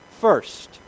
First